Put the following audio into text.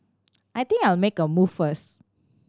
I think I'll make a move first